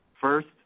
First